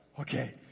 okay